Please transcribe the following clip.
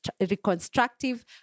reconstructive